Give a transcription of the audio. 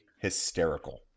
hysterical